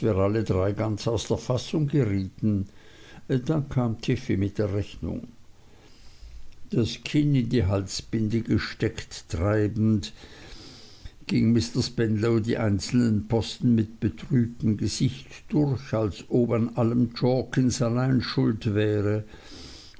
alle drei ganz aus der fassung gerieten dann kam tiffey mit der rechnung das kinn in die halsbinde gesteckt reibend ging mr spenlow die einzelnen posten mit betrübtem gesicht durch als ob an allem jorkins allein schuld wäre